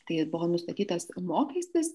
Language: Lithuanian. tai buvo nustatytas mokestis